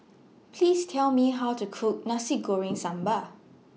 Please Tell Me How to Cook Nasi Goreng Sambal